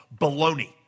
baloney